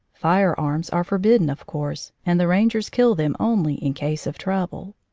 firearms are forbidden, of course, and the rangers kill them only in case of trouble.